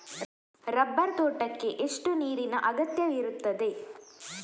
Rubber ತೋಟಕ್ಕೆ ಎಷ್ಟು ನೀರಿನ ಅಗತ್ಯ ಇರುತ್ತದೆ?